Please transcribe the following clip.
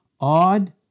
odd